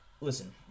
listen